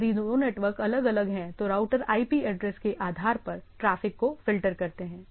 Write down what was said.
यदि दो नेटवर्क अलग अलग हैं तो राउटर IP एड्रेस के आधार पर ट्रैफ़िक को फ़िल्टर करते हैं